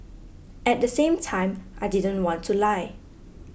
at the same time I didn't want to lie